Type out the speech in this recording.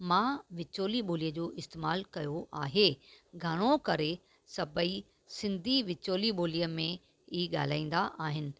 मां विचोली ॿोलीअ जो इस्तेमालु कयो आहे घणो करे सभई सिंधी विचोली ॿोलीअ में ई ॻाल्हाईंदा आहिनि